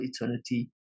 eternity